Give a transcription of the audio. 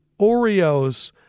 Oreos